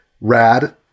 rad